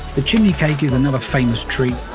the chimney cake is another famous treat,